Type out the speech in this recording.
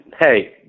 hey